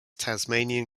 tasmanian